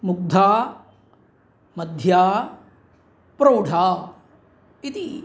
मुग्धा मध्या प्रौढा इति